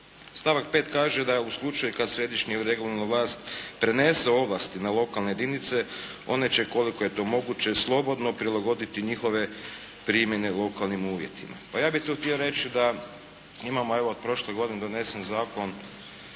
Stavak 5. kaže da u slučaju kada središnja regularna vlast prenese ovlasti na lokalne jedinice, one će koliko je to moguće, slobodno prilagoditi njihove primjene lokalnim uvjetima. Pa ja bih tu htio reći da imamo evo prošle godine je donesen Zakon